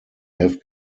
have